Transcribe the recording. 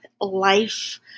life